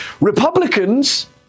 Republicans